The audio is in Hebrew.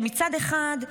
מצד אחד,